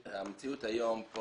המציאות במדינה היום היא